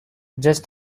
just